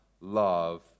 love